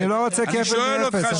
אני לא רוצה כפל מאפס.